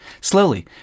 Slowly